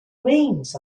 reins